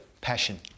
passion